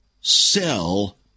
sell